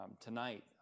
Tonight